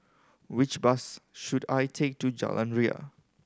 which bus should I take to Jalan Ria